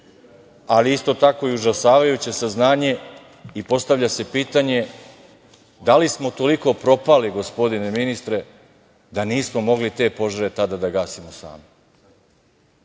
ali isto tako i užasavajuće saznanje i postavlja se pitanje, da li smo toliko propali, gospodine ministre da nismo mogli te požare tada da gasimo sami. Onda